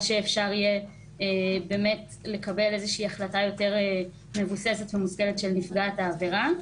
שאפשר יהיה לקבל איזושהי החלטה יותר מבוססת ומושכלת של נפגעת העבירה.